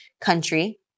country